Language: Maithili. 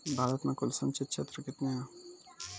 भारत मे कुल संचित क्षेत्र कितने हैं?